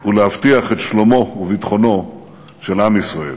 ולהבטיח את שלומו וביטחונו של עם ישראל.